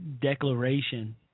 Declaration